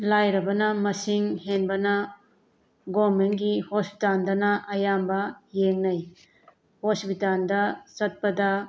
ꯂꯥꯏꯔꯕꯅ ꯃꯁꯤꯡ ꯍꯦꯟꯕꯅ ꯒꯣꯔꯃꯦꯟꯒꯤ ꯍꯣꯁꯄꯤꯇꯥꯜꯗꯅ ꯑꯌꯥꯝꯕ ꯌꯦꯡꯅꯩ ꯍꯣꯁꯄꯤꯇꯥꯜꯗ ꯆꯠꯄꯗ